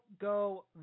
go